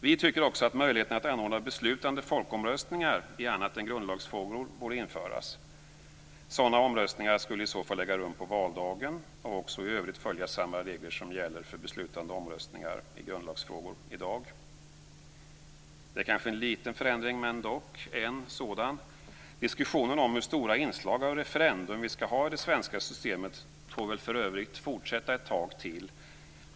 Vi tycker också att möjligheten att anordna beslutande folkomröstningar i annat än grundlagsfrågor borde införas. Sådana omröstningar skulle i så fall äga rum på valdagen och också i övrigt följa samma regler som gäller för beslutande omröstningar i grundlagsfrågor i dag. Det är kanske en liten förändring, men dock en förändring. Diskussionen om hur stora inslag av referendum vi skall ha i det svenska systemet får för övrigt fortsätta ett tag till.